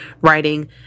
Writing